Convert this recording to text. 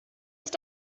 ist